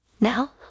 Now